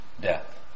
death